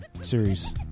series